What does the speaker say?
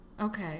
Okay